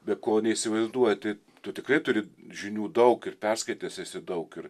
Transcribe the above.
be ko neįsivaizduoti tu tikrai turi žinių daug ir perskaitęs esi daug ir